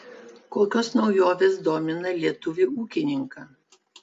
kokios naujovės domina lietuvį ūkininką